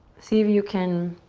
see if you can